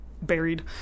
buried